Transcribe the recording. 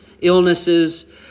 illnesses